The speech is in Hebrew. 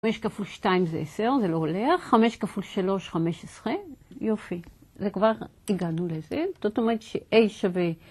5 כפול 2 זה 10, זה לא הולך, 5 כפול 3 15, יופי, זה כבר, הגענו לזה, זאת אומרת ש-a שווה